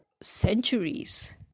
centuries